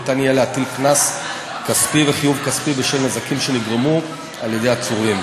ניתן יהיה להטיל קנס כספי וחיוב כספי בשל נזקים שנגרמו על-ידי עצורים.